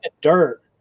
dirt